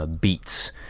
beats